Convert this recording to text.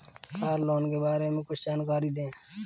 Car loan के बारे में कुछ जानकारी दें?